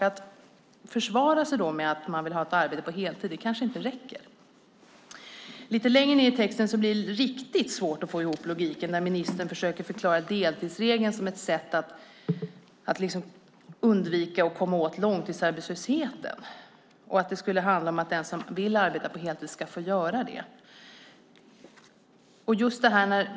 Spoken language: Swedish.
Att försvara sig med att man vill ha arbete på heltid kanske inte räcker. Lite längre ned i texten blir det riktigt svårt att få ihop logiken. Ministern försöker förklara deltidsregeln som ett sätt att undvika och komma åt långtidsarbetslöshet och anser att det skulle handla om att den som vill arbeta på heltid ska få göra det.